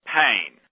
pain